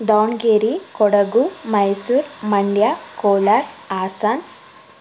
Davanagere Kodagu Mysuru Mandya Kolar Assam